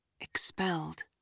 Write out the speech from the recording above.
expelled